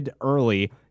Early